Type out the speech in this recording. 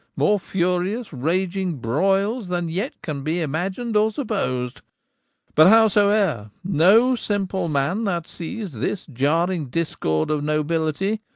more furious raging broyles, then yet can be imagin'd or suppos'd but howsoere, no simple man that sees this iarring discord of nobilitie,